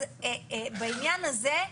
אז בעניין הזה,